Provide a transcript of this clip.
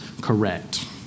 correct